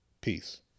Peace